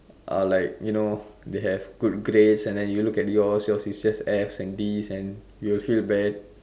are like you know they have good grades and you look at yours yours is just Fs and Ds and you will feel bad